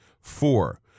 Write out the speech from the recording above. Four